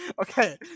Okay